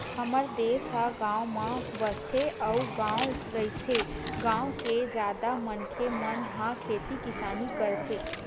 हमर देस ह गाँव म बसथे अउ गॉव रहिथे, गाँव के जादा मनखे मन ह खेती किसानी करथे